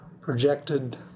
projected